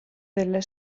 della